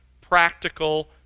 practical